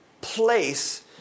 place